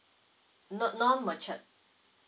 no non matured